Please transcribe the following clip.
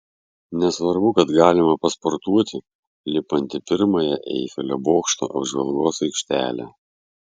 nesvarbu kad galima pasportuoti lipant į pirmąją eifelio bokšto apžvalgos aikštelę